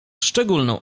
szczególną